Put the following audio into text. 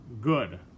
good